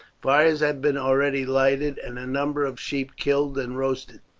fires had been already lighted, and a number of sheep killed and roasted.